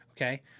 Okay